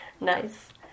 Nice